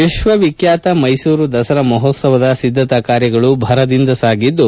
ವಿಶ್ವ ವಿಖ್ವಾತ ಮೈಸೂರು ದಸರಾ ಮಹೋತ್ಸವದ ಸಿದ್ದತಾ ಕಾರ್ಯಗಳು ಭರದಿಂದ ಸಾಗಿದ್ದು